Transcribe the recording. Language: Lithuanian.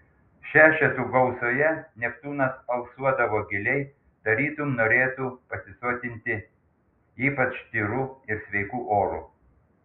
šešetų gausoje neptūnas alsuodavo giliai tarytum norėtų pasisotinti ypač tyru ir sveiku oru